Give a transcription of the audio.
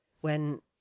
when